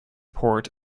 port